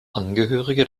angehörige